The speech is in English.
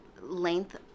length